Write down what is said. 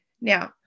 now